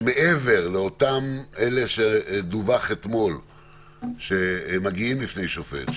מעבר לאותם אלה שדווח אתמול שמגיעים בפני שופט,